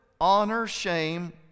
honor-shame